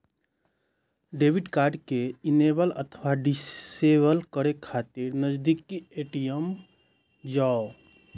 debit card कें enable अथवा disable करै खातिर नजदीकी ए.टी.एम जाउ